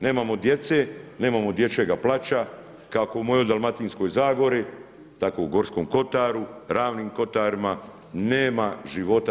Nemamo djece, nemamo dječjega plaća, kako u mojoj Dalmatinskoj zagori, tako u Gorskom Kotaru, ravnim kotarima, nema života.